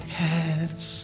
heads